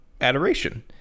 adoration